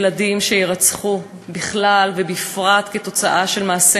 אפילו עזבה את הארץ וברחה לארצות-הברית כדי לברוח מעולם